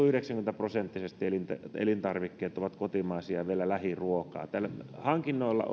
yhdeksänkymmentä prosenttisesti elintarvikkeet ovat kotimaisia ja vielä lähiruokaa hankinnoilla